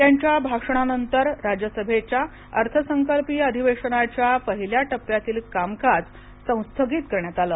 त्यांच्या भाषणानंतर राज्य सभेच्या अर्थसंकल्पीय अधिवेशनाच्या पहिल्या टप्प्यातील कामकाज संस्थगित करण्यात आलं